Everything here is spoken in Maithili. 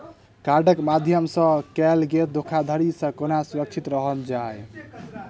कार्डक माध्यम सँ कैल गेल धोखाधड़ी सँ केना सुरक्षित रहल जाए?